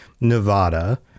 Nevada